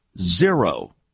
Zero